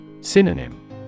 Synonym